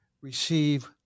receive